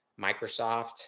Microsoft